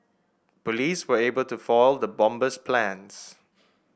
police were able to foil the bomber's plans